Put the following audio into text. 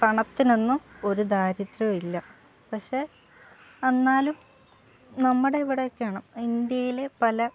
പണത്തിനൊന്നും ഒരു ദാരിദ്ര്യമില്ല പക്ഷേ എന്നാലും നമ്മുടെ ഇവിടെയൊക്കെ ആണ് ഇന്ത്യയിലെ പല